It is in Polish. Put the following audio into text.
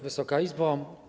Wysoka Izbo!